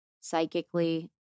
psychically